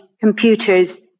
computers